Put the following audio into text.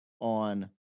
on